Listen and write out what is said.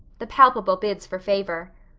the palpable bids for favor.